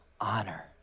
Honor